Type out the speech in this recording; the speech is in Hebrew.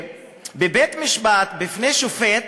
בבית-משפט, בפני שופט,